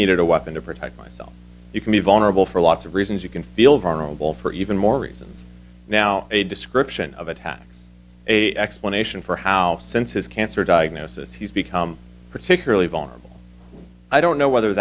needed a weapon to protect myself you can be vulnerable for lots of reasons you can feel vulnerable for even more reasons now a description of attacks a explanation for how since his cancer diagnosis he's become particularly vulnerable i don't know whether